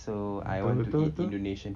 betul betul betul